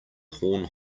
horn